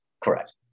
Correct